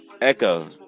Echo